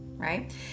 Right